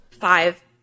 five